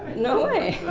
no way.